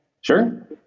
sure